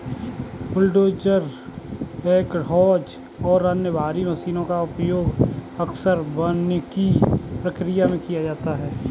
bulldozer backhoes और अन्य भारी मशीनों का उपयोग अक्सर वानिकी प्रक्रिया में किया जाता है